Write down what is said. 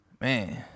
man